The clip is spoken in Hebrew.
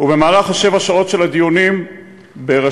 ובמהלך שבע השעות של הדיונים בראשות